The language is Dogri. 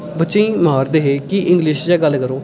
बच्चें गी मारदे हे कि इंग्लिश च गै गल्ल करो